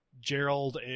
gerald